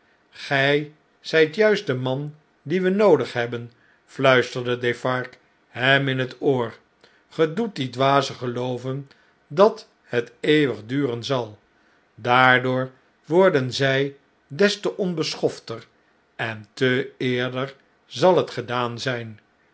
gre zijt juist de man dien we noodig hebben fluisterde defarge hem in het oor gre doet die dwazen gelooven dat het eeuwig duren zal daardoor worden zjj des te onbeschofter en te eerder zal t gedaan zn'n